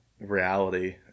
reality